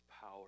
power